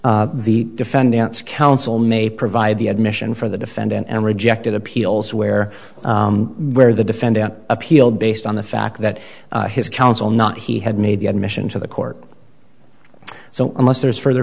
the defendant's counsel may provide the admission for the defendant and rejected appeals where where the defendant appealed based on the fact that his counsel not he had made the admission to the court so unless there's further